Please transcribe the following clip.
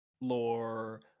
lore